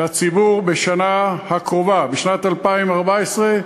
לציבור, שבשנה הקרובה, בשנת 2014,